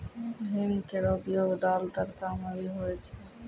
हींग केरो उपयोग दाल, तड़का म भी होय छै